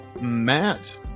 Matt